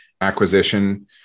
acquisition